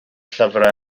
llyfrau